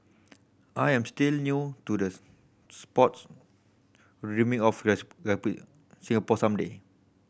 I am still new to the sport but dreaming of Singapore some day